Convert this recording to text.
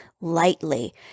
lightly